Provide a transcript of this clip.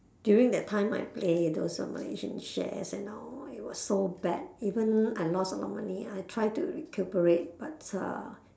during that time I play those uh malaysian share you know it was so bad even I lost a lot of money I try to recuperate but uh